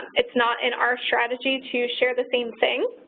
it's not in our strategy to share the same thing,